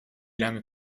lange